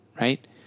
right